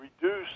reduce